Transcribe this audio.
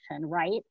right